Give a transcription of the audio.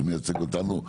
שמייצג אותנו,